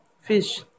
fish